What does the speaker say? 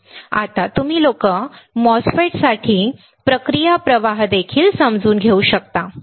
आता तुम्ही लोक MOSFET साठी प्रक्रिया प्रवाह देखील समजून घेऊ शकता बरोबर